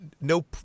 no